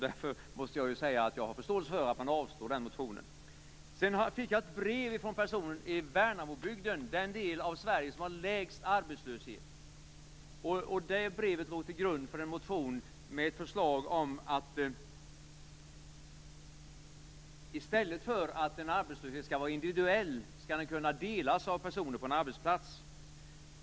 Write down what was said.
Därför har jag förståelse för att utskottet yrkar avslag på motionen. Jag fick ett brev från en person i Värnamobygden, som är den del av Sverige som har lägst arbetslöshet. Det brevet låg till grund för en motion med ett förslag om att i stället för att en arbetslöshet skall vara individuellt skall den kunna delas av personer på den arbetsplats.